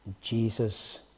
Jesus